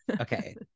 okay